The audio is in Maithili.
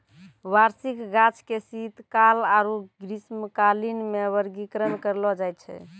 वार्षिक गाछ के शीतकाल आरु ग्रीष्मकालीन मे वर्गीकरण करलो जाय छै